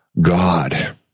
God